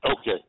Okay